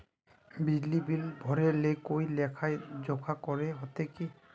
बिजली बिल भरे ले कोई लेखा जोखा करे होते की?